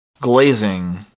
glazing